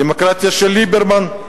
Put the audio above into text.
הדמוקרטיה של ליברמן,